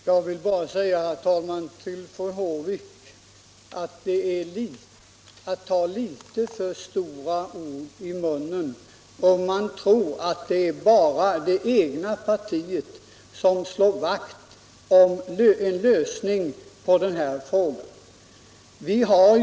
Herr talman! Jag vill bara säga till fru Håvik att hon tar litet för stora ord i munnen då hon påstår att det bara är hennes parti som är angeläget om en lösning av den här frågan.